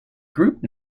group